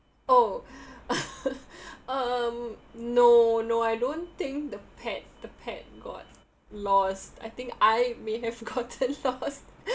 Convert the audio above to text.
oh um no no I don't think the pet the pet got lost I think I may have gotten lost